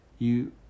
You